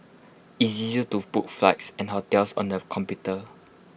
IT is easy to book flights and hotels on the computer